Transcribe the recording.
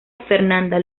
fernanda